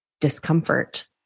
discomfort